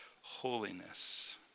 holiness